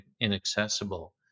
inaccessible